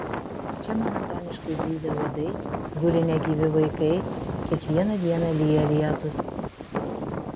čia monotoniškai zyzia uodai guli negyvi vaikai kiekvieną dieną lyja lietūs